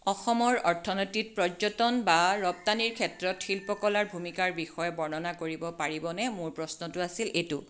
অসমৰ অৰ্থনীতিত পৰ্যটন বা ৰপ্তানিৰ ক্ষেত্ৰত শিল্পকলাৰ ভূমিকাৰ বিষয়ে বৰ্ণনা কৰিব পাৰিবনে মোৰ প্ৰশ্নটো আছিল এইটো